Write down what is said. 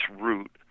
route